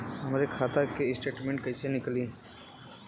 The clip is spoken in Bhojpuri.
हमरे खाता के स्टेटमेंट कइसे निकली?